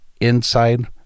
inside